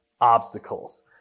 obstacles